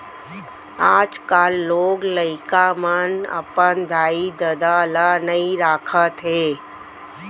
आजकाल लोग लइका मन अपन दाई ददा ल नइ राखत हें